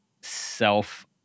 self